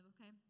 okay